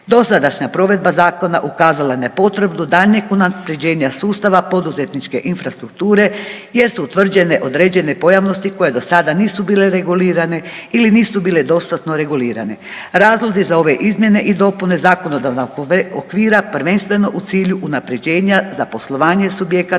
Dosadašnja provedba zakona ukazala je na potrebu daljnjeg unapređenja sustava poduzetničke infrastrukture jer su utvrđene određene pojavnosti koje do sada nisu bile regulirane ili nisu bile dostatno regulirane. Razlozi za ove izmjene i dopune zakonodavnog okvira prvenstveno u cilju unapređenja za poslovanje subjekata